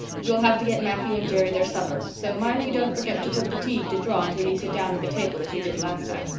you'll have to get matthew and jerry their supper, so mind you don't forget to put the tea to draw until you sit down at the table as you did last time.